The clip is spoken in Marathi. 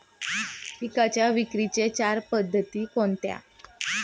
पिकांच्या विक्रीच्या चार पद्धती कोणत्या?